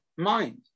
mind